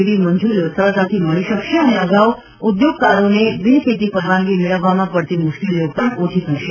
અને હપ બી જેવી મંજૂરીઓ સરળતાથી મળી શકશે અને અગાઉ ઉદ્યોગકારોને બિન ખેતી પરવાનગી મેળવવામાં પડતી મુશ્કેલીઓ પણ ઓછી થશે